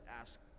ask